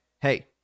Hey